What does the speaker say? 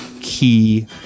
key